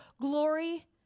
glory